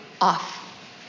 off